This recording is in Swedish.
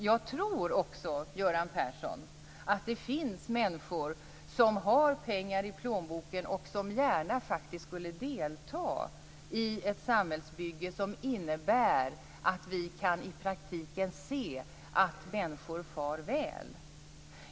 Jag tror också, Göran Persson, att det finns människor som har pengar i plånboken och som gärna skulle delta i ett samhällsbygge som innebär att människor far väl.